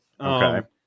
Okay